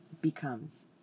becomes